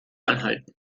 anhalten